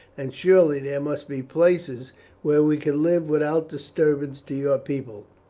and surely there must be places where we could live without disturbance to your people.